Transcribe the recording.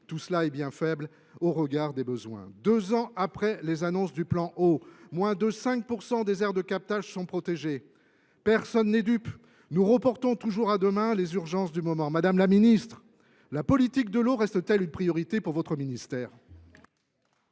Tout cela est bien faible au regard des besoins ! Deux ans après les annonces du plan Eau, moins de 5 % des aires de captage sont protégées. Personne n’est dupe : nous reportons toujours à demain le traitement des urgences du moment. Madame la ministre, la politique de l’eau reste t elle une priorité de votre ministère ?